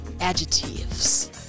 adjectives